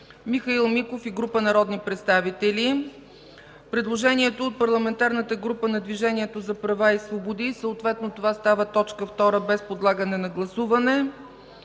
Михаил Миков и група народни представители. Предложението от Парламентарната група на Движението за права и свободи става съответно точка втора, без подлагане на гласуване: